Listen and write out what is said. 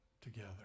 together